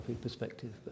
perspective